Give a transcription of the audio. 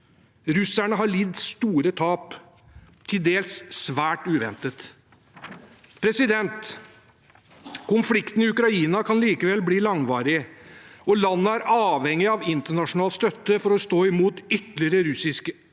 Russerne har lidd store tap, til dels svært uventet. Konflikten i Ukraina kan likevel bli langvarig, og landet er avhengig av internasjonal støtte for å stå imot ytterligere russisk aggresjon.